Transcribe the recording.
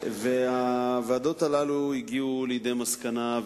הוועדות האלה הגיעו לידי מסקנה,